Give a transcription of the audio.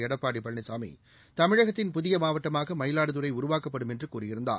எடப்பாடி பழனிசாமி தமிழகத்தின் புதிய மாவட்டமாக மயிலாடுதுறை உருவாக்கப்படும் என்று கூறியிருந்தார்